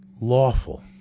lawful